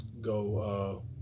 go